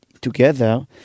together